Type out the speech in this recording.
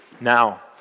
Now